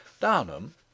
Downham